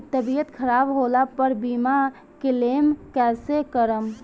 तबियत खराब होला पर बीमा क्लेम कैसे करम?